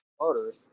motors